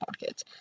pockets